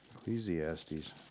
Ecclesiastes